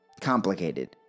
complicated